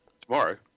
Tomorrow